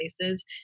places